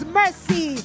mercy